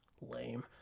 Lame